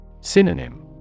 Synonym